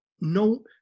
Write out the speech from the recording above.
no